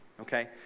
Okay